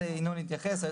לזה יתייחס ינון,